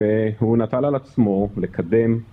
והוא נטל על עצמו לקדם